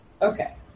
Okay